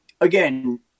again